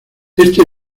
este